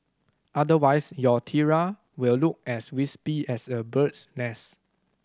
otherwise your tiara will look as wispy as a bird's nest